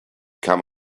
come